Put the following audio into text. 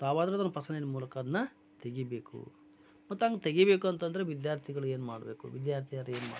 ತಾವಾದರೂ ಅದನ್ನು ಫಸ್ಲಿನ ಮೂಲಕ ಅದನ್ನ ತೆಗಿಬೇಕು ಮತ್ತು ಹಂಗ್ ತೆಗಿಬೇಕು ಅಂತಂದರೆ ವಿದ್ಯಾರ್ಥಿಗಳು ಏನು ಮಾಡಬೇಕು ವಿದ್ಯಾರ್ಥಿನಿಯರು ಏನು ಮಾಡಬೇಕು